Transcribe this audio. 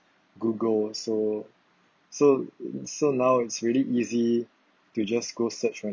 google so so so now it's really easy to just go search right